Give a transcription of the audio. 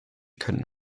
könnten